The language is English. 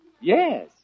Yes